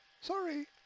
Sorry